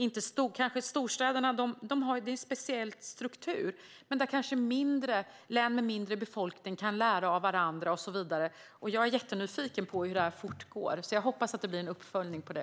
I storstäderna finns en speciell struktur, men län med mindre befolkning kanske kan lära av varandra. Jag är jättenyfiken på hur detta fortgår, så jag hoppas att det blir en uppföljning på det.